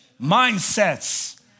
mindsets